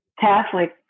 Catholic